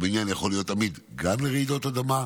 הבניין יכול להיות עמיד גם לרעידות אדמה,